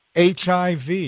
HIV